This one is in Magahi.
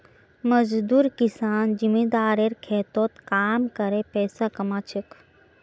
मजदूर किसान जमींदारेर खेतत काम करे पैसा कमा छेक